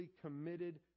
committed